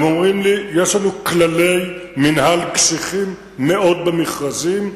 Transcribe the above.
הם אומרים לי: יש לנו כללי מינהל קשיחים מאוד במכרזים.